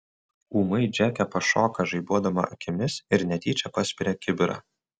ūmai džeke pašoka žaibuodama akimis ir netyčia paspiria kibirą